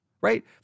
right